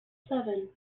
seven